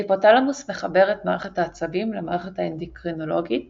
ההיפותלמוס מחבר את מערכת העצבים למערכת האנדוקרינית